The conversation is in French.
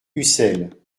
ucel